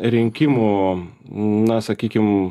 rinkimų na sakykim